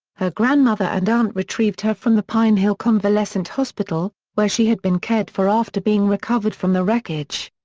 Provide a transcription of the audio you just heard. her grandmother and aunt retrieved her from the pine hill convalescent hospital, where she had been cared for after being recovered from the wreckage.